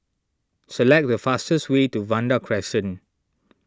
select the fastest way to Vanda Crescent